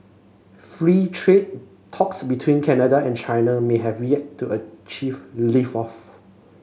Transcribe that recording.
free trade talks between Canada and China may have yet to achieve lift off